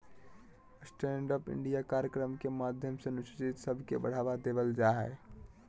stand up India कार्यक्रम के माध्यम से अनुसूचित सब के बढ़ावा देवल जा हय